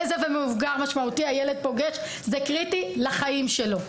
איזה מבוגר משמעותי הילד פוגש זה קריטי לחיים שלו.